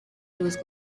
those